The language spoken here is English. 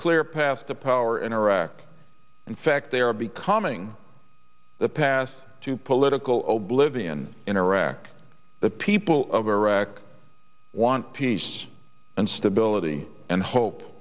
clear path to power in iraq in fact they are becoming the past two political zero blip in in iraq the people of iraq want peace and stability and hope